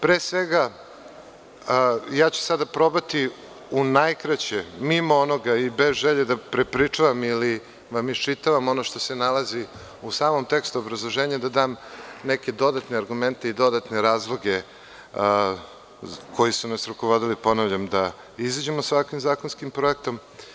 Pre svega, sada ću probati u najkraćem, mimo onoga i bez želje da prepričavam ili da vam iščitavam ono što se nalazi u samom tekstu obrazloženja da dam neke dodatne argumente i dodatne razloge koji su nas rukovodili, ponavljam, da izađemo sa ovakvim zakonskim projektom.